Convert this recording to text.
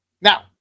Now